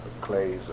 clays